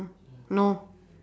no